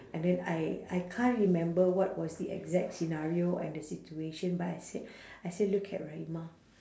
and then I I can't remember what was the exact scenario and the situation but I said I said look at rahimah